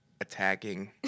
attacking